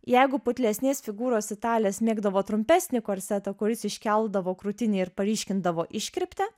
jeigu putlesnės figūros italės mėgdavo trumpesnį korsetą kuris iškeldavo krūtinę ir paryškindavo iškirptę